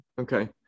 Okay